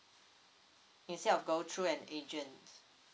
instead of go through an agent